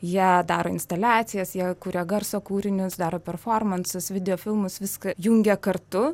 jie daro instaliacijas jie kuria garso kūrinius daro performansus videofilmus viską jungia kartu